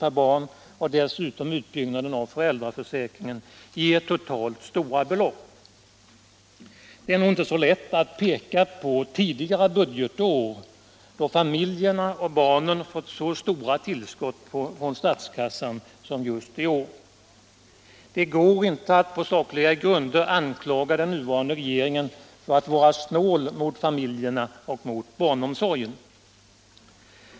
per barn och för utbyggnaden av föräldraförsäkringen ger totalt stora belopp. Det är nog inte så lätt att peka på något budgetår då familjerna och barnen har fått så stora tillskott från statskassan som just i år. Det går inte att på sakliga grunder anklaga den nuvarande regeringen för att vara snål mot familjerna och mot barnomsorgen.